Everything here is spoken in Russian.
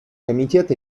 комитет